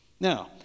Now